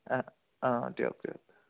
অঁ অঁ দিয়ক দিয়ক